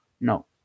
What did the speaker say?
No